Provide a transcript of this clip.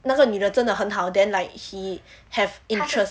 那个女的真的很好 then like he have interest